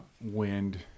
Wind